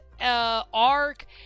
arc